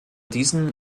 diesen